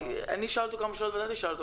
אני אשאל אותו כמה שאלות ואתה תשאל אותו